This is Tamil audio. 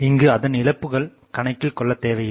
இங்கு அதன் இழப்புகள் பற்றி கணக்கில் கொள்ளதேவையில்லை